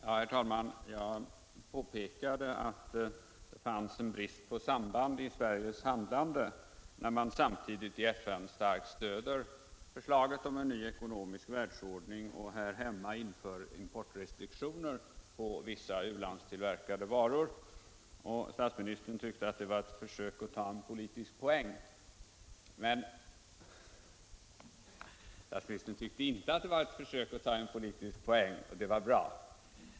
Herr talman! Jag påpekade att det fanns en brist på samband i Sveriges handlande, när man samtidigt i FN starkt stöder förslaget om en ny ekonomisk världsordning och här hemma inför importrestriktioner på vissa u-landstillverkade varor. Statsministern tyckte att detta var ett försök att ta en politisk poäng. — Statsminister Palme skakar på huvudet. Jaså, statsministern tyckte inte att det var ett försök att ta en politisk poäng. Det var bra.